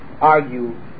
argue